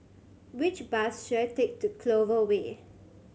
which bus should I take to Clover Way